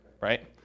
right